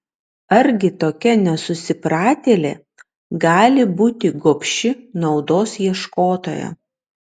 argi tokia nesusipratėlė gali būti gobši naudos ieškotoja